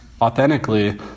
authentically